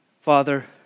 Father